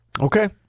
Okay